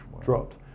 dropped